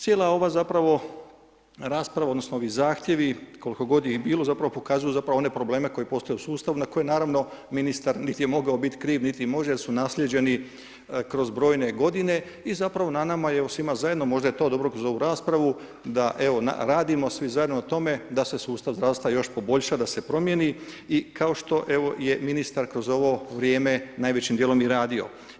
Cijela ova zapravo rasprava odnosno ovi zahtjevi koliko god ih bilo zapravo pokazuju zapravo one probleme koji postoje u sustavu na koje naravno ministar niti je mogao biti kriv, niti može jer su naslijeđeni kroz brojne godine i zapravo na nama je evo svima zajedno, možda je to dobro kroz ovu raspravu, da evo radimo svi zajedno o tome da se sustav zdravstva još poboljša, da se promijeni, i kao što evo je ministar kroz ovo vrijeme najvećim dijelom i radio.